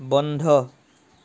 বন্ধ